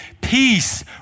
peace